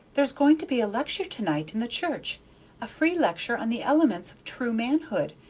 there's going to be a lecture to-night in the church a free lecture on the elements of true manhood.